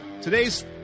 Today's